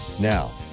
Now